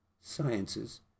Sciences